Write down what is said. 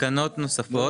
תקנות נוספות.